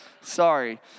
Sorry